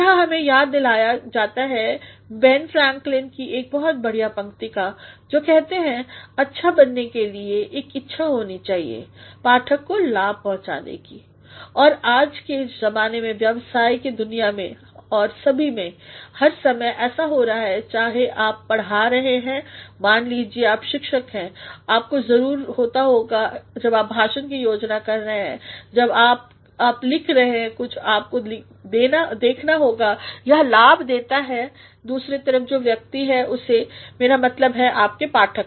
यहाँ हमें याद दिलाया जाता है बेन फ्रेंक्लिन कीएकबहुत बढ़िया पंक्ति का जो कहते हैं अच्छा बनने के लिए एक इच्छा होने चाहिए पाठक को लाभ पहुँचाने की और आज के ज़माने में व्यवसाय की दुनिया में और सभी में हर समय ऐसा रहा है चाहे आप पढ़ा रहे हैं मान लीजिए आप शिक्षक हैं आपको जरूर जब आप भाषण की योजना कर रहे हैं जब आप जब आप लिख रहे हैं कुछ आपको देखना होगा कि यह लाभ देता है दूसरे तरफ जो व्यक्ति है उसे मेरा मतलब आपके पाठक